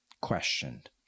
questioned